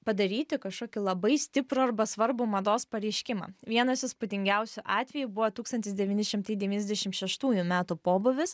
padaryti kažkokį labai stiprų arba svarbų mados pareiškimą vienas įspūdingiausių atvejų buvo tūkstantis devyni šimtai devyniasdešim šeštųjų metų pobūvis